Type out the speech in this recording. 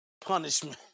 punishment